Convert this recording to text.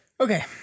Okay